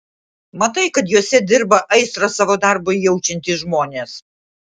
matai kad juose dirba aistrą savo darbui jaučiantys žmonės